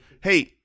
Hey